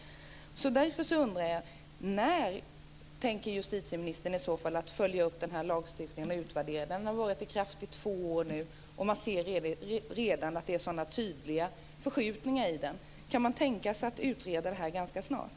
Därför undrar jag: När tänker justitieministern i så fall följa upp lagstiftningen och utvärdera den? Den har varit i kraft i två år, och man ser redan sådana tydliga förskjutningar i den. Kan man tänka sig att utreda detta ganska snart?